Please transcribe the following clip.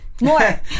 more